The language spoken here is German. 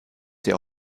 sehr